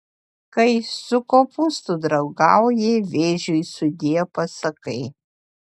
kai su kopūstu draugauji vėžiui sudie pasakai